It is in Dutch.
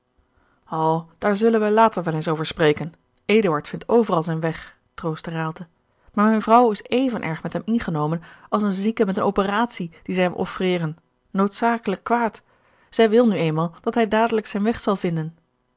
daar zullen wij later wel eens over spreken eduard vindt overal zijn weg troostte raalte maar mijne vrouw is even erg met hem ingenomen als eene zieke met eene operatie die zij hem offreren noodzakelijk kwaad zij wil nu eenmaal dat hij dadelijk zijn weg zal vinden